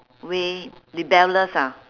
way rebellious ah